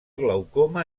glaucoma